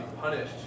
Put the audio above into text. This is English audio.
punished